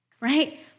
right